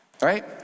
right